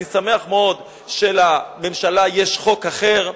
אני שמח מאוד שלממשלה יש חוק אחר.